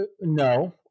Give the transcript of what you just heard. no